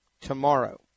tomorrow